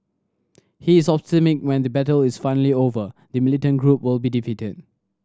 he is optimistic when the battle is finally over the militant group will be defeated